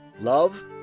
love